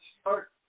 start